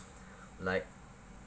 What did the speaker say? like